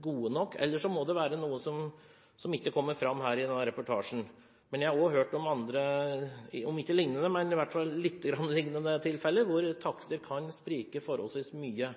gode nok, eller må det være noe som ikke kommer fram i denne reportasjen. Men jeg har også hørt om andre, litt liknende tilfeller, der takster kan sprike forholdsvis mye.